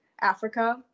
Africa